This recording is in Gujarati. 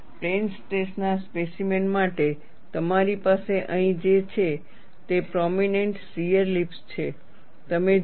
પ્લેન સ્ટ્રેસ ના સ્પેસીમેન માટે તમારી પાસે અહીં જે છે તે પ્રોમીનેન્ટ શીયર લિપ્સ છે તમે જુઓ